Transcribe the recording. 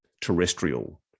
terrestrial